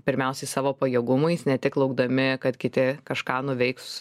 pirmiausiai savo pajėgumais ne tik laukdami kad kiti kažką nuveiks